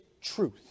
truth